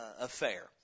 affair